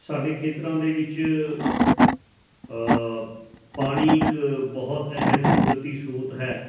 ਸਾਡੇ ਖੇਤਰਾਂ ਦੇ ਵਿੱਚ ਪਾਣੀ ਇੱਕ ਬਹੁਤ ਅਹਿਮ ਕੁਦਰਤੀ ਸਰੋਤ ਹੈ